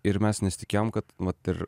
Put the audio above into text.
ir mes nesitikėjom kad vat ir